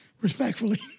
respectfully